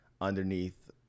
underneath